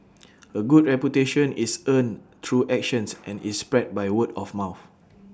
A good reputation is earned through actions and is spread by word of mouth